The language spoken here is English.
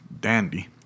dandy